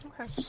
Okay